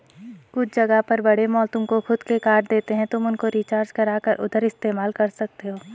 कुछ जगह पर बड़े मॉल तुमको खुद के कार्ड देते हैं तुम उनको रिचार्ज करा कर उधर इस्तेमाल कर सकते हो